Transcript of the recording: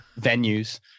venues